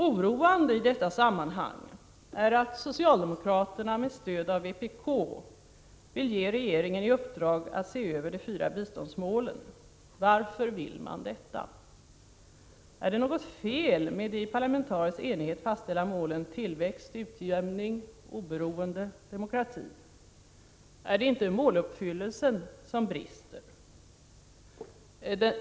Oroande i detta sammanhang är att socialdemokraterna med stöd av vpk vill ge regeringen i uppdrag att se över de fyra biståndsmålen. Varför vill man detta? Är det något fel med de i parlamentarisk enighet fastställda målen: tillväxt, utjämning, oberoende, demokrati? Är det inte måluppfyllelsen som brister?